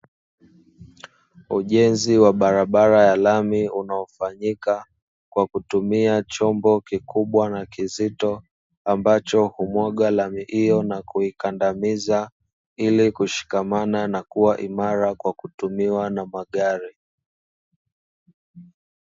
Ujenzi wa barabara ya rami unaofanyika kwa kutumia chombo kikubwa na kizito, ambacho humwaga lami hiyo na kuikandamiza ili kushikamana na kuwa imara kwa kutumiwa na magari.